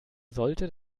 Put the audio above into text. sollte